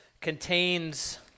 contains